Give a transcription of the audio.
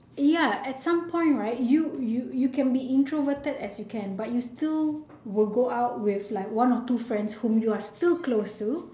ya at some point right you you can be introverted as you can but you still will go out with like one or two friends whom you are still close to